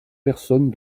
personne